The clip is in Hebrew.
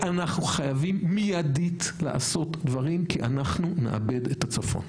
ואנחנו חייבים מידית לעשות דברים כי אנחנו נאבד את הצפון.